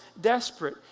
desperate